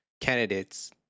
candidates